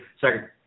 second